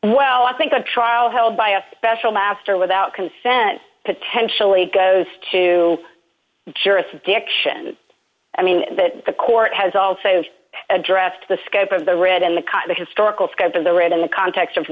well i think a trial held by a special master without consent potentially goes to jurisdiction i mean that the court has also addressed the scope of the writ in the kind of historical scope of the right in the context of